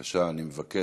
המכנים